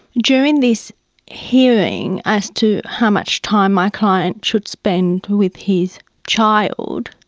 during this hearing as to how much time my client should spend with his child,